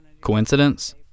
Coincidence